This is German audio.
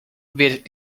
wird